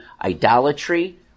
idolatry